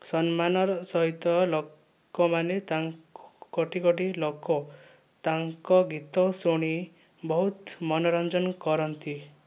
ସମ୍ମାନର ସହିତ ଲୋକମାନେ କୋଟି କୋଟି ଲୋକ ତାଙ୍କ ଗୀତ ଶୁଣି ବହୁତ ମନୋରଞ୍ଜନ କରନ୍ତି